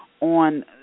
on